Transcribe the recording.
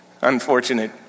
unfortunate